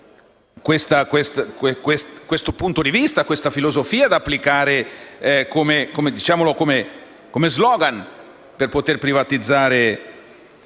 questo punto di vista, questa filosofia, da applicare come *slogan* per poter privatizzare